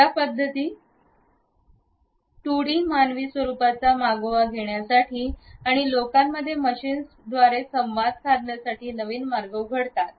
या पद्धती 2 डी मानवी स्वरुपाचा मागोवा घेण्यासाठी आणि लोकांमध्ये आणि मशीन्स मध्ये संवाद हे साधण्यासाठी नवीन मार्ग उघडतात